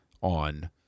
on